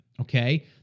okay